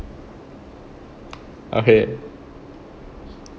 okay